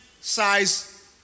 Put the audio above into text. size